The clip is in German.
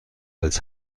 als